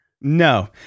no